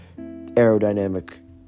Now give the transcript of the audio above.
aerodynamic